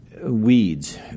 weeds